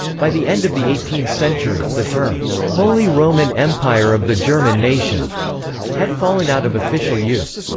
by the end of the eighteenth century, the term holy roman empire of the german nation had fallen out of official use.